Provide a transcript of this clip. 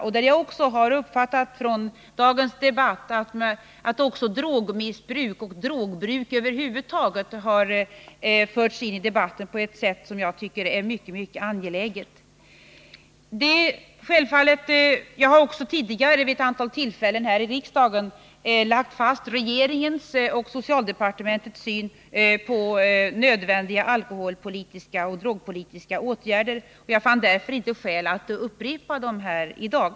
Från dagens debatt har jag också uppmärksammat att drogmissbruk och drogbruk över huvud taget har förts in i debatten på ett sätt som jag tycker är mycket bra. Jag har tidigare vid ett antal tillfällen här i riksdagen lagt fast regeringens och socialdepartementets syn på nödvändiga alkoholpolitiska och drogpolitiska åtgärder. Jag fann därför inte skäl att här i dag upprepa dem.